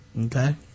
Okay